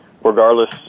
regardless